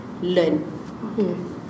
learn